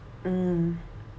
mm